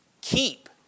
keep